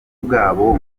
bwabo